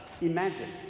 imagine